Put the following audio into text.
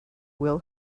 will